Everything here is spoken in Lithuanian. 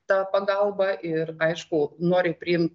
ta pagalba ir aišku nori priimt